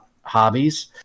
Hobbies